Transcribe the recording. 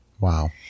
Wow